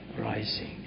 Rising